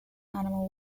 animal